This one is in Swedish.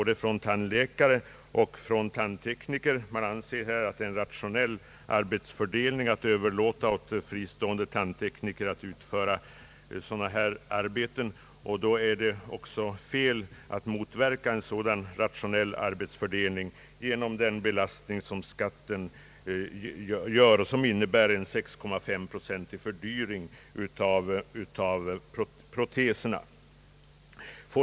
Det anses vara en rationell arbetsfördelning att överlåta åt fristående tandtekniker att utföra sådana här protesarbeten. Då är det fel att motverka en sådan utveckling genom en skattebelastning som medför en 6,5-procentig fördyring av tandproteserna.